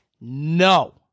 No